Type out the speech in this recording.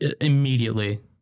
immediately